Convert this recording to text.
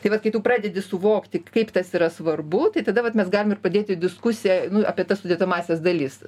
tai vat kai tu pradedi suvokti kaip tas yra svarbu tai tada vat mes galim ir pradėti diskusiją nu apie tas sudedamąsias dalis